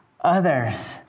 others